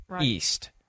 East